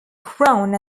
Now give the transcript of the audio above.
crown